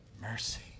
mercy